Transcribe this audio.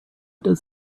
does